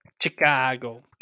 Chicago